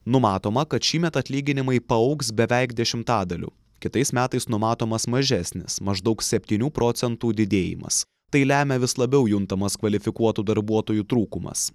numatoma kad šįmet atlyginimai paaugs beveik dešimtadaliu kitais metais numatomas mažesnis maždaug septynių procentų didėjimas tai lemia vis labiau juntamas kvalifikuotų darbuotojų trūkumas